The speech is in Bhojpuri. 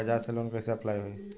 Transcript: बज़ाज़ से लोन कइसे अप्लाई होई?